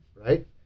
right